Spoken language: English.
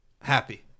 happy